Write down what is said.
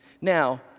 Now